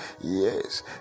Yes